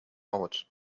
out